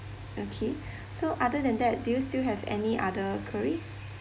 okay so other than that do you still have any other queries